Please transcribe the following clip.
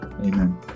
Amen